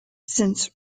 since